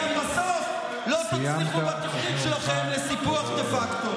וגם בסוף לא תצליחו בתוכנית, סיימת את נאומך.